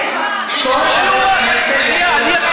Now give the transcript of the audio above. כן, כל חבר כנסת יכול להירשם.